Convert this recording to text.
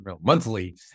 monthly